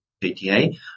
PTA